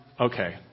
Okay